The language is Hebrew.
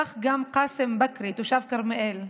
כך גם קאסם בכרי, תושב כרמיאל.